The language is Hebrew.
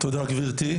תודה גברתי,